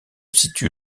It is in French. situe